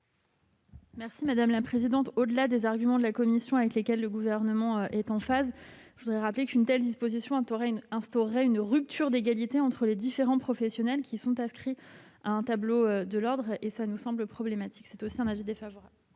l'avis du Gouvernement ? Au-delà des arguments de la commission avec lesquels le Gouvernement est en phase, je rappelle qu'une telle disposition instaurerait une rupture d'égalité entre les différents professionnels qui sont inscrits au tableau d'un ordre. Cela nous semble problématique. Avis défavorable.